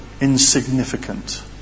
insignificant